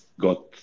got